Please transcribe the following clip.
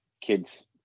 kids